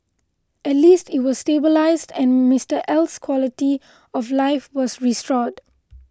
at least it was stabilised and Mister L's quality of life was restored